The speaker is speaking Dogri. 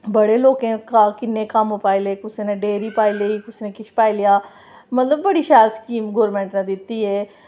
बड़े लोकें किन्ने कम्म पाई ले कुसै नै डेरी पाई लेई कुसै नै किश पाई लेआ मतलब बड़ी शैल स्कीम गौरमैंट नै दित्ती एह्